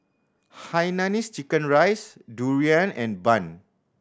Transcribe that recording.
hainanese chicken rice durian and bun